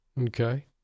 Okay